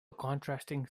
contrasting